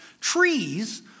trees